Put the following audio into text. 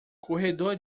corredor